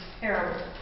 terrible